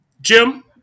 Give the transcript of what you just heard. jim